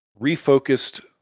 refocused